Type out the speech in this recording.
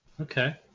Okay